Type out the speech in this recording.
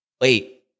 Wait